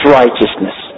righteousness